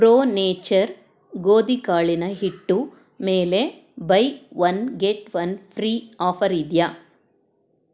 pro nature ಗೋಧಿಕಾಳಿನ ಹಿಟ್ಟು ಮೇಲೆ buy one get one free offer ಇದೆಯಾ